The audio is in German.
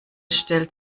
stellt